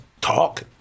talk